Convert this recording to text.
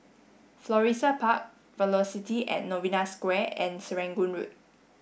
Florissa Park Velocity at Novena Square and Serangoon Road